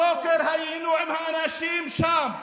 בבוקר היינו עם האנשים שם.